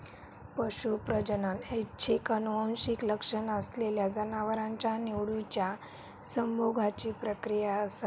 पशू प्रजनन ऐच्छिक आनुवंशिक लक्षण असलेल्या जनावरांच्या निवडिच्या संभोगाची प्रक्रिया असा